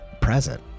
present